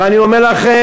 ואני אומר לכם,